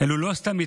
אלו לא סתם מתנדבים,